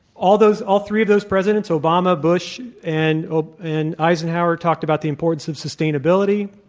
all those all three of those presidents obama, bush, and ah and eisenhower talked about the importance of sustainability.